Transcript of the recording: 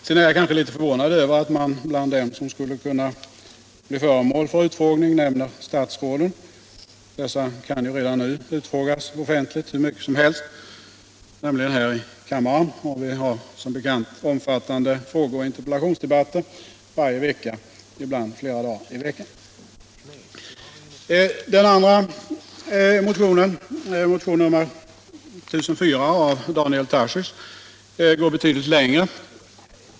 Sedan är jag kanske litet förvånad över att bland dem som skulle kunna bli föremål för utfrågning nämns statsråden. Dessa kan ju redan nu utfrågas offentligt hur mycket som helst, nämligen här i kammaren. Och vi har som bekant omfattande frågeoch interpellationsdebatter varje vecka, ibland flera dagar i veckan. Den andra motionen, motion 1004 av Daniel Tarschys, går betydligt längre.